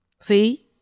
See